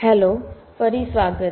hello ફરી સ્વાગત છે